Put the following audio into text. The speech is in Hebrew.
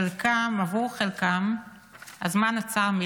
עבור חלקם הזמן עצר מלכת.